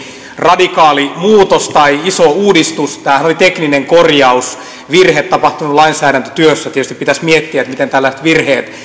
radikaali muutos tai iso uudistus tämähän oli tekninen korjaus virhe tapahtunut lainsäädäntötyössä tietysti pitäisi miettiä miten tällaiset virheet